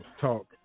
Talk